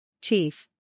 Chief